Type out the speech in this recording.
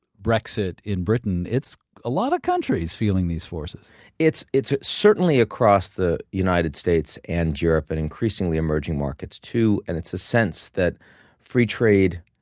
brexit in britain. it's a lot of countries feeling these forces it's it's certainly across the united states and europe and increasingly emerging markets, too. and it's a sense that free trade,